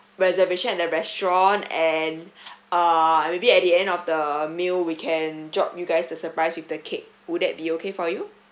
reservation at the restaurant and uh maybe at the end of the meal we can drop you guys the surprise with the cake would that be okay for you